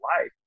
life